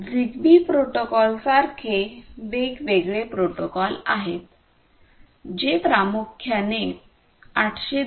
Zigbee protocol सारखे वेगवेगळे protocol आहेत जे प्रामुख्याने 802